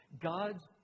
God's